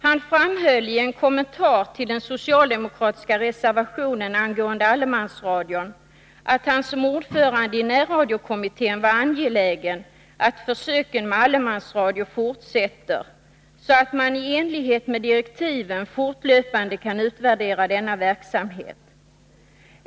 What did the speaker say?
Han framhöll i en kommentar till den socialdemokratiska reservationen angående allemansradion att han som ordförande i närradiokommittén var angelägen att försöken med allemansradio fortsätter så att man i enlighet med direktiven fortlöpande kan utvärdera denna verksamhet.